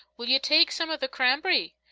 will you take some of the cramb'ry?